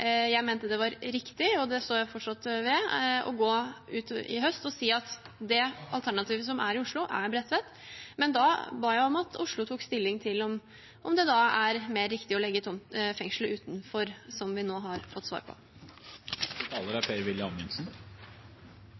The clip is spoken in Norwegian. jeg mente det var riktig – og det står jeg fortsatt ved – å gå ut i høst og si at det alternativet som er i Oslo, er Bredtvet. Men da ba jeg om at Oslo tok stilling til om det da er mer riktig å legge fengslet utenfor, som vi nå har fått svar på.